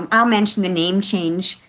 um ah mention the name change